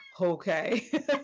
Okay